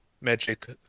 magic